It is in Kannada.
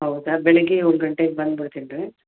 ಹೌದಾ ಬೆಳಗ್ಗೆ ಏಳು ಗಂಟೆಗೆ ಬಂದು ಬಿಡ್ತೀನಿ ರೀ